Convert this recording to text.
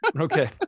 okay